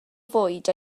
fwyd